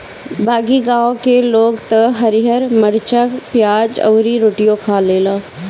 बाकी गांव के लोग त हरिहर मारीचा, पियाज अउरी रोटियो खा लेला